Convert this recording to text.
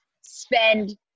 spend